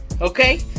Okay